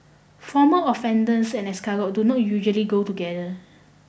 former offenders and escargot do not usually go together